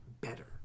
better